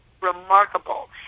remarkable